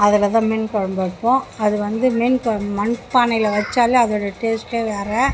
அதில் தான் மீன் குழம்பு வைப்போம் அது வந்து மீன் குழம் மண்பானையில் வைச்சாலே அதோட டேஸ்ட்டே வேறு